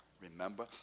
Remember